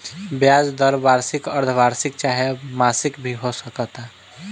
ब्याज दर वार्षिक, अर्द्धवार्षिक चाहे मासिक भी हो सकता